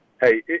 hey